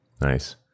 Nice